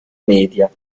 media